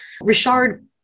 Richard